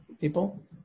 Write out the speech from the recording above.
people